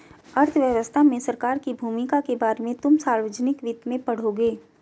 अर्थव्यवस्था में सरकार की भूमिका के बारे में तुम सार्वजनिक वित्त में पढ़ोगे